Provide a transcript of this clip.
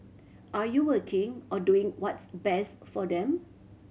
are you working or doing what's best for them